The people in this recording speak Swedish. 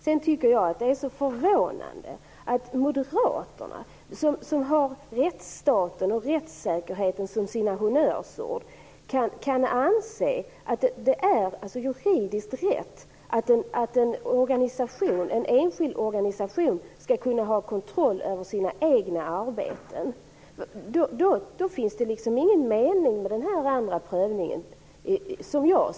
Jag tycker vidare att det är förvånande att moderaterna, som har rättsstaten och rättssäkerheten som honnörsord, kan anse att det är juridiskt rätt att en enskild organisation skall kunna utöva kontrollen över sina egna arbeten. Då finns det ingen mening med den andra prövningen.